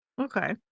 Okay